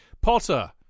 Potter